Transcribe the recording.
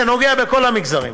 זה נוגע בכל המגזרים: